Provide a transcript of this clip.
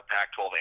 Pac-12